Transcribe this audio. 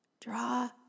Draw